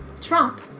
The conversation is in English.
Trump